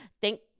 Thank